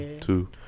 Two